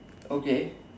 okay